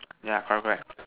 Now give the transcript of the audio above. yeah correct correct